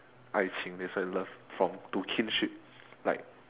爱情 they say love from to kinship like